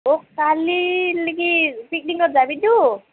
অ' কালি নেকি পিকনিকত যাবিটো